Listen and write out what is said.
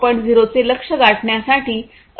0 चे लक्ष्य गाठण्यासाठी अतिशय आकर्षक आहे